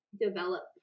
develop